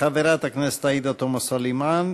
חברת הכנסת עאידה תומא סלימאן.